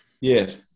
Yes